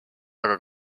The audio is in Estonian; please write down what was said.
aga